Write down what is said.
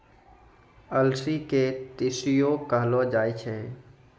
अलसी के तीसियो कहलो जाय छै